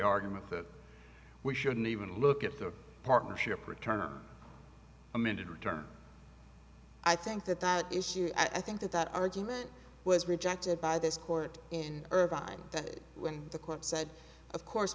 argument that we shouldn't even look at the partnership return amended return i think that that issue i think that that argument was rejected by this court in irvine that when the court said of course